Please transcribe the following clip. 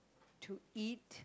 to eat